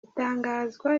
itangazwa